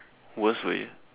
worst way